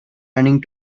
running